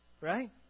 right